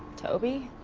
toby?